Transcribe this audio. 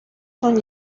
són